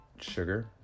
sugar